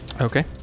Okay